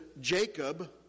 Jacob